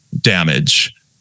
damage